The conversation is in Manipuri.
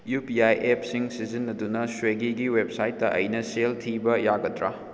ꯌꯨ ꯄꯤ ꯑꯥꯏ ꯑꯦꯞꯁꯤꯡ ꯁꯤꯖꯤꯟꯅꯗꯨꯅ ꯁ꯭ꯋꯦꯒꯤꯒꯤ ꯋꯦꯕꯁꯥꯏꯠꯇ ꯑꯩꯅ ꯁꯦꯜ ꯊꯤꯕ ꯌꯥꯒꯗ꯭ꯔꯥ